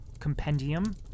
compendium